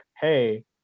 Hey